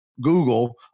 Google